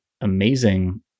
amazing